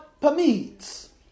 permits